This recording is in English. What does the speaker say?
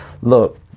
Look